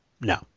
No